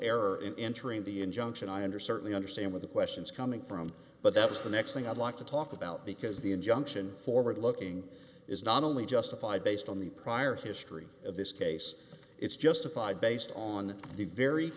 error in entering the injunction i under certainly understand what the question is coming from but that is the next thing i want to talk about because the injunction forward looking is not only justified based on the prior history of this case it's justified based on the very